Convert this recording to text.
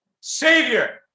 Savior